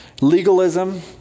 Legalism